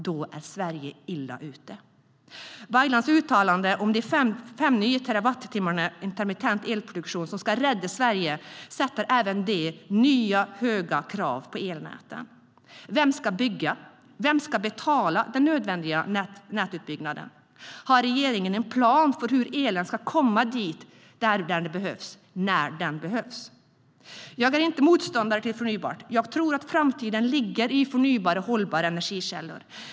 Då är Sverige illa ute! Jag är inte motståndare till förnybart. Jag tror att framtiden ligger i förnybara, hållbara energikällor.